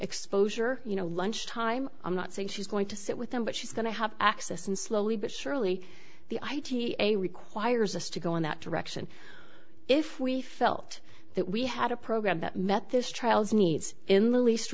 exposure you know lunchtime i'm not saying she's going to sit with them but she's going to have access and slowly but surely the i g a requires us to go in that direction if we felt that we had a program that met this trails needs in the least